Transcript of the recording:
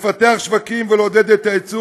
לפתח שווקים חדשים ולעודד את היצוא